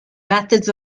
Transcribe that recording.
methods